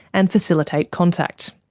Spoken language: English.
and facilitate contact.